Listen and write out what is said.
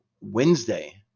wednesday